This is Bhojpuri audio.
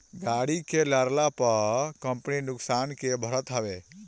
गाड़ी के लड़ला पअ कंपनी नुकसान के भरत हवे